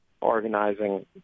organizing